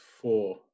four